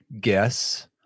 guess